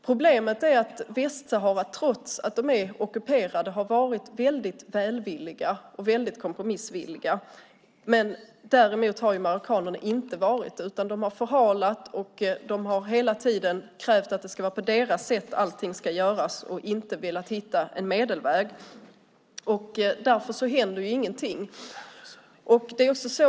Problemet är att medan befolkningen i Västsahara, trots att landet är ockuperat, har varit väldigt välvillig och kompromissvillig har marockanerna inte varit det, utan de har förhalat, hela tiden krävt att allting ska göras på deras sätt och inte velat hitta en medelväg. Därför händer ingenting.